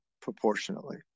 proportionately